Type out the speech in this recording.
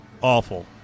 awful